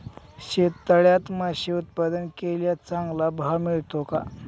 शेततळ्यात मासे उत्पादन केल्यास चांगला भाव मिळतो का?